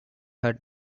had